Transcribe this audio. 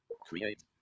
Create